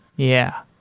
yeah,